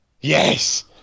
Yes